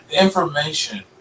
Information